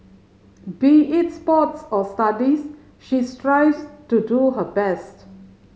be it sports or studies she strives to do her best